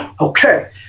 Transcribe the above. Okay